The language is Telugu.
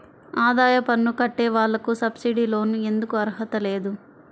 ఆదాయ పన్ను కట్టే వాళ్లకు సబ్సిడీ లోన్ ఎందుకు అర్హత లేదు?